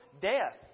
Death